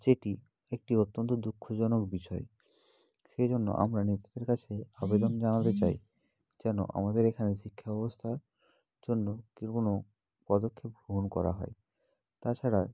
যেটি একটি অত্যন্ত দুঃখ জনক বিষয় সেজন্য আমরা নিজেদের কাছে আবেদন জানাতে চাই যেন আমাদের এখানে শিক্ষাব্যবস্থা জন্য কেউ কোনো পদক্ষেপ গ্রহণ করা হয় তাছাড়া